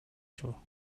шүү